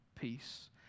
peace